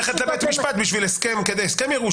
אז צריך ללכת לבית המשפט בשביל הסכם ירושה.